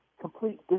complete